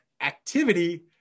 Activity